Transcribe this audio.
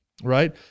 right